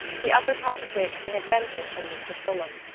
the upper part of which they had rented from mr. fulham,